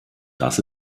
das